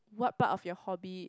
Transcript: what part of your hobby